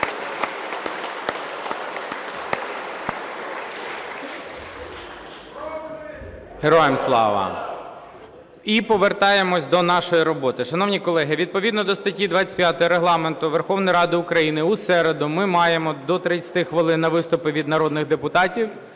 Героям слава! І повертаємось до нашої роботи. Шановні колеги, відповідно до статті 25 Регламенту Верховної Ради України у середу ми маємо до 30 хвилин на виступи від народних депутатів